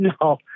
No